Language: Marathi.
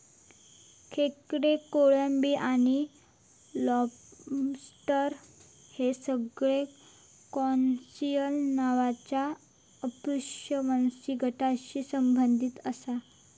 खेकडे, कोळंबी आणि लॉबस्टर हे सगळे क्रस्टेशिअन नावाच्या अपृष्ठवंशी गटाशी संबंधित आसत